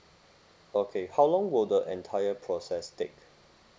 okay how long will the entire process take